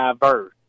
diverse